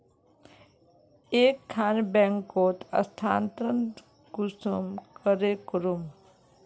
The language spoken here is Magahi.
एक खान बैंकोत स्थानंतरण कुंसम करे करूम?